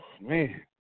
man